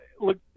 look